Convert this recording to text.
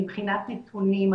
מבחינת נתונים,